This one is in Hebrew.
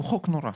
הוא חוק נורא.